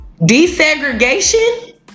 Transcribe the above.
Desegregation